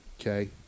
okay